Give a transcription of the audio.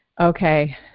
okay